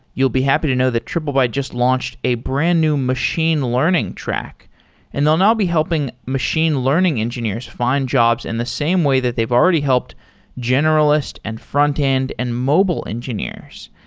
you will be happy to know that triplebyte just launched a brand-new machine learning track and they'll now be helping machine learning engineers find jobs in the same way that they've already helped generalist, and frontend, and mobile engineers.